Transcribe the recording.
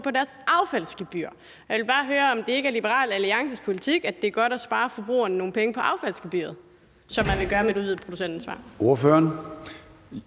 til deres affaldsgebyr. Jeg vil bare høre, om det ikke er Liberal Alliances politik, at det er godt at spare forbrugerne nogle penge på affaldsgebyret, som man ville gøre med en udvidet producentansvar.